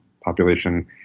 population